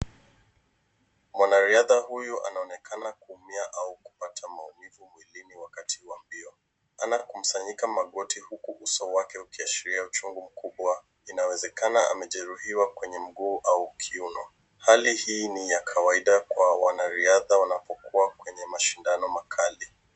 Wanariadha huyu anaonekana kuumia au kupata maumivu mwilini wakati wa mbio. Anakusanyika magoti huku uso wake ukiashiria uchungu mkubwa. Inawezekana amejeruhiwa kwenye mguu au kiuno. Hali hii ni ya kawaida kwa wanariadha wanapokuwa kwenye mashindano makali.